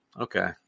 okay